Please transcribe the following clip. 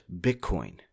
bitcoin